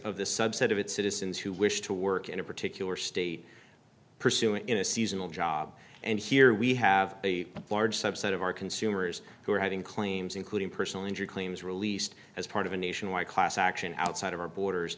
of the subset of its citizens who wish to work in a particular state pursuing in a seasonal job and here we have a large subset of our consumers who are having claims including personal injury claims released as part of a nationwide class action outside of our borders